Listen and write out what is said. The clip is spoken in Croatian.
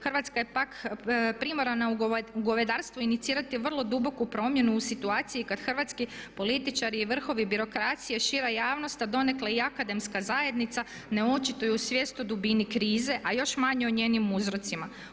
Hrvatska je pak primoran u gospodarstvo inicirati vrlo duboku promjenu u situaciju kad hrvatski političari i vrhovi birokracije, šira javnost a donekle i akademska zajednica ne očituju svijest o dubini krize, a još manje o njenim uzrocima.